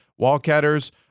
Wallcatters